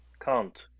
count